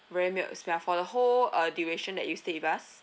very weird smell for the whole uh duration that you stayed with us